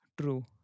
true